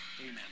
amen